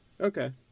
Okay